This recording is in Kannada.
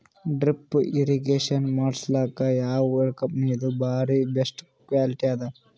ಡ್ರಿಪ್ ಇರಿಗೇಷನ್ ಮಾಡಸಲಕ್ಕ ಯಾವ ಕಂಪನಿದು ಬಾರಿ ಬೆಸ್ಟ್ ಕ್ವಾಲಿಟಿ ಅದ?